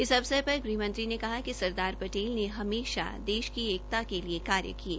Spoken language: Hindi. इस अवसर पर ग़हमंत्री ने कहा कि सरदार पटेल ने हमेशा देश की एकता के लिए कार्य किये